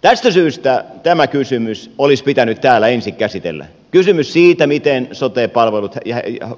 tästä syystä tämä kysymys olisi pitänyt täällä ensin käsitellä kysymys siitä miten sote palvelut